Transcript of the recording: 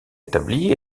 établis